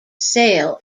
sail